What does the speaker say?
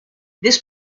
this